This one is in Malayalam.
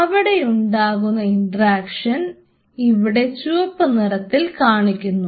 അവിടെയുണ്ടാകുന്ന ഇൻട്രാക്ഷൻ ഇവിടെ ചുവപ്പുനിറത്തിൽ കാണിക്കുന്നു